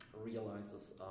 realizes